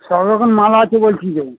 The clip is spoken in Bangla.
সব রকম মাল আছে বলছি যে